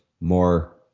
more